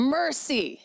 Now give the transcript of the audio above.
mercy